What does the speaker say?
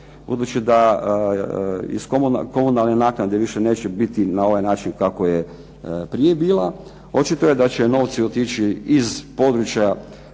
budući da iz komunalne naknade više neće biti na ovaj način kako je prije bila. Očito je da će novci otići iz područja